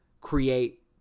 create